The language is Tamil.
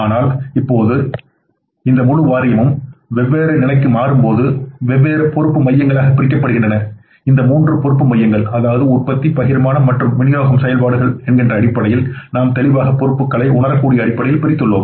ஆனால் இப்போது இந்த முழு வாரியமும் வெவ்வேறு நிலைக்கு மாறும்போது வெவ்வேறு பொறுப்பு மையங்களாக பிரிக்கப்படுகின்றன இந்த மூன்று பொறுப்பு மையங்கள் அதாவது உற்பத்தி பகிர்மானம் மற்றும் விநியோக செயல்பாடுகளை என்கின்ற அடிப்படையில் நாம் தெளிவாக பொறுப்புக்களை உணரக்கூடிய அடிப்படையில் பிரித்துள்ளோம்